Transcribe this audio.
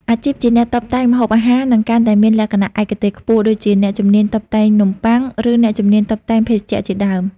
អាជីពជាអ្នកតុបតែងម្ហូបអាហារនឹងកាន់តែមានលក្ខណៈឯកទេសខ្ពស់ ដូចជាអ្នកជំនាញតុបតែងនំបុ័ង ឬអ្នកជំនាញតុបតែងភេសជ្ជៈជាដើម។